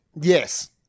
Yes